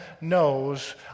knows